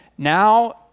Now